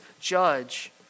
judge